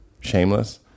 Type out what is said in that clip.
Shameless